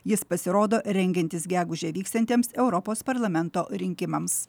jis pasirodo rengiantis gegužę vyksiantiems europos parlamento rinkimams